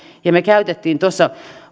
edessä me käytimme tuossa